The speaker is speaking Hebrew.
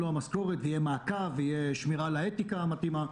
המשכורת ויהיה מעקב ותהיה שמירה על האתיקה המתאימה.